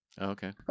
okay